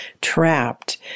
trapped